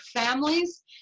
families